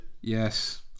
Yes